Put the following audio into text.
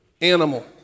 animal